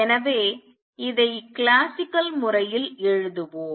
எனவே இதை கிளாசிக்கல் முறையில் எழுதுவோம்